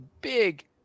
big